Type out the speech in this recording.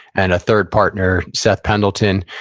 and a third partner, seth pendleton,